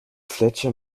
fletcher